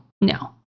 No